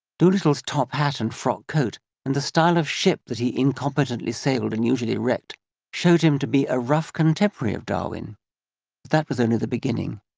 dolittle's top hat and frock coat and the style of ship that he incompetently sailed and usually wrecked showed him to be a rough contemporary of darwin, but that was only the beginning.